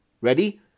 Ready